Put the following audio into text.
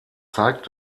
zeigt